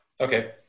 Okay